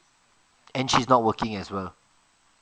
and she's not working as well